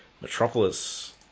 Metropolis